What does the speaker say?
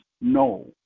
no